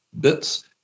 bits